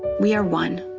we are one.